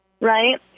Right